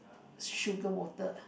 sugar water